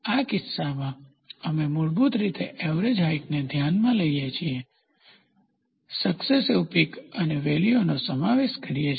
આ કિસ્સામાં અમે મૂળભૂત રીતે એવરેજ હાઇટને ધ્યાનમાં લઈએ છીએ સક્સીસીવ પીક અને વેલીઓનો સમાવેશ કરીએ છીએ